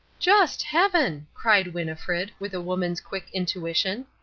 just heaven! cried winnifred, with a woman's quick intuition.